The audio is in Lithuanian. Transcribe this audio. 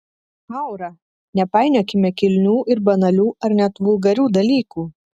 aura nepainiokime kilnių ir banalių ar net vulgarių dalykų